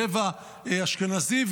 רבע אשכנזי,